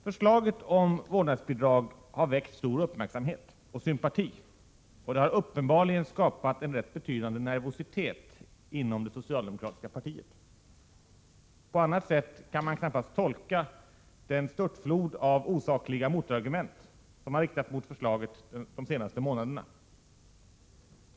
Förslaget om vårdnadsbidrag har väckt stor uppmärksamhet och sympati, och det har uppenbarligen skapat en rätt betydande nervositet inom det socialdemokratiska partiet. På annat sätt kan man knappast tolka den störtflod av osakliga motargument som har riktats mot förslaget under de senaste månaderna.